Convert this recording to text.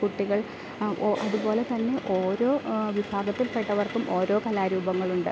കുട്ടികൾ ആ അതുപോലെ തന്നെ ഓരോ വിഭാഗത്തിൽപ്പെട്ടവർക്കും ഓരോ കലാരൂപങ്ങൾ ഉണ്ട്